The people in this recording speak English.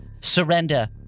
Surrender